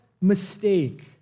mistake